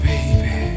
Baby